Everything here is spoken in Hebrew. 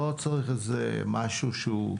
לא צריך משהו גדול,